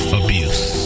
abuse